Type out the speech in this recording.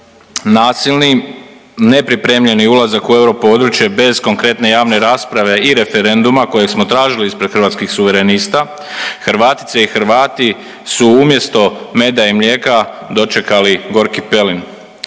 Nasilni, nepripremljeni ulazak u europodručje bez konkretne javne rasprave i referenduma kojeg smo tražili ispred Hrvatskih suverenista, Hrvatice i Hrvati su umjesto meda i mlijeka dočekali gorki pelin.